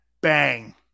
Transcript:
Bang